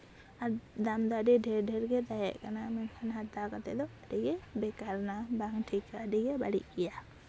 ᱟᱨ ᱫᱟᱢ ᱫᱚ ᱟᱹᱰᱤ ᱰᱷᱮᱹᱨ ᱰᱷᱮᱹᱨ ᱜᱮ ᱛᱟᱦᱮᱸᱠᱟᱱᱟ ᱢᱮᱱᱠᱷᱟᱱ ᱦᱟᱛᱟᱣ ᱠᱟᱛᱮ ᱫᱚ ᱟᱹᱰᱤ ᱜᱮ ᱵᱮᱠᱟᱨ ᱮᱱᱟ ᱵᱟᱝ ᱴᱷᱤᱠᱟ ᱟᱹᱰᱤ ᱜᱮ ᱵᱟᱹᱲᱤᱡ ᱜᱮᱭᱟ